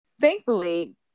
Thankfully